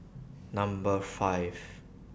Number five